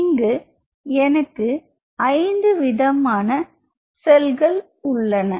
இங்கு எனக்கு ஐந்து விதமான செல்கள் உள்ளன